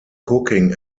cooking